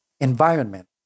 environment